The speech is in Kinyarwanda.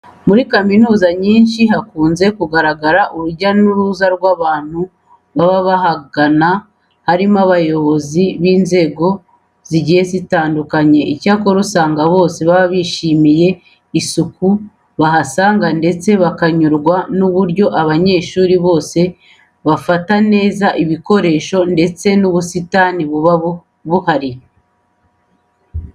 Muri kaminuza nyinshi hakunze kugaragara urujya n'uruza rw'abantu baba bahagana harimo abayobozi mu nzego zigiye zitandukanye. Icyakora usanga bose baba bishimiye isuku bahasanga ndetse bakanyurwa n'uburyo abanyeshuri bose bafata neza ibikoresho ndetse n'ubusitani buba buhari.